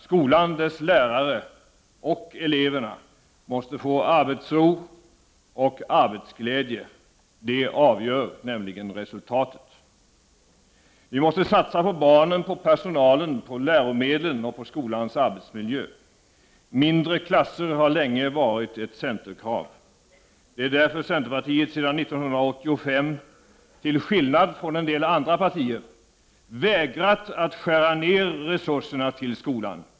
Skolan, dess lärare och elever, måste få arbetsro och arbetsglädje. Det avgör nämligen resultatet. Vi måste satsa på barnen, på personalen, på läromedlen och på skolans arbetsmiljö. Mindre klasser har länge varit ett centerkrav. Det är därför centerpartiet sedan 1985, till skillnad från en del andra partier, har vägrat att skära ner resurserna till skolan.